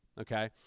okay